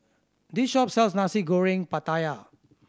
this shop sells Nasi Goreng Pattaya